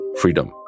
freedom